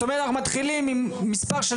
את אומרת אנחנו מתחילים עם מספר של